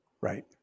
right